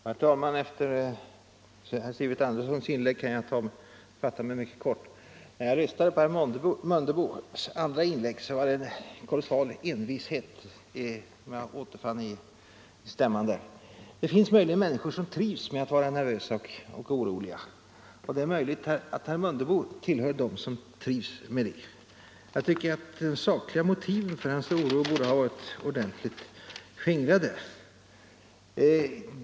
Herr talman! Efter herr Sivert Anderssons i Stockholm inlägg kan jag fatta mig mycket kort. När jag lyssnade på herr Mundebos andra inlägg fann jag en kolossal envishet i stämman. Det finns människor som trivs med att vara nervösa och oroliga, och det är möjligt att herr Mundebo tillhör dem som trivs med det. Jag tycker att de sakliga motiven för hans oro borde ha varit ordentligt skingrade.